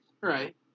right